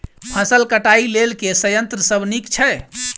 फसल कटाई लेल केँ संयंत्र सब नीक छै?